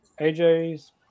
AJ's